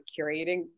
curating